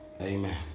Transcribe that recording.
Amen